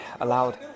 allowed